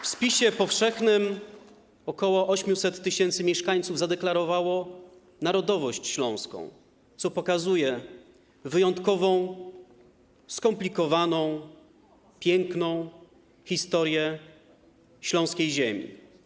W spisie powszechnym ok. 800 tys. mieszkańców zadeklarowało narodowość śląską, co pokazuje wyjątkową, skomplikowaną, piękną historię śląskiej ziemi.